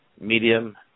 Medium